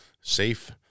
safe